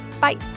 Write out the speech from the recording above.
Bye